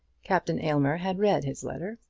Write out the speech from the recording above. captain aylmer had read his letter,